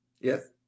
Yes